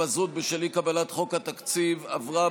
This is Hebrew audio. (התפזרות בשל אי-קבלת חוק התקציב) עברה